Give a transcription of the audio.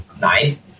Nine